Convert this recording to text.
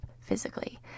physically